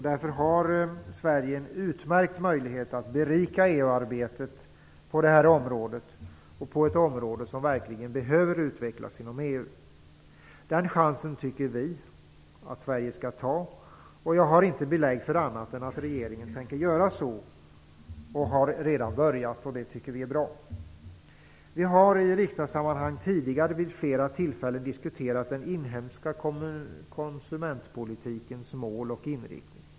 Därför har Sverige en utmärkt möjlighet att berika EU-arbetet på det här området, ett område som verkligen behöver utvecklas inom EU. Den chansen tycker vi att Sverige skall ta, och jag har inte belägg för annat än att regeringen tänker göra så och redan har börjat. Det tycker vi är bra. Vi har i riksdagssammanhang tidigare vid flera tillfällen diskuterat den inhemska konsumentpolitikens mål och inriktning.